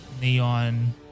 neon